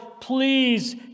please